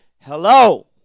Hello